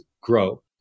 grow